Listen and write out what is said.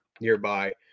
nearby